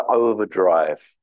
overdrive